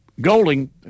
Golding